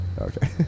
Okay